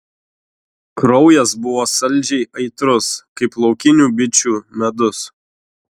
kraujas buvo saldžiai aitrus kaip laukinių bičių medus